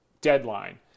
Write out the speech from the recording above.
deadline